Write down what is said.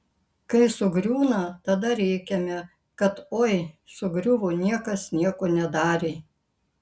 kai sugriūna tada rėkiame kad oi sugriuvo niekas nieko nedarė